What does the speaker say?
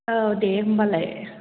औ दे होमबालाय